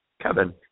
Kevin